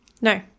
No